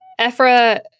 ephra